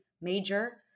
major